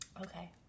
Okay